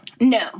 No